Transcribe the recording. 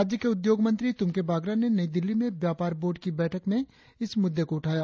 राज्य के उद्योग मंत्री तुमके बागरा ने नई दिल्ली में व्यापार बोर्ड की बैठक में इस मुद्दे को उठाया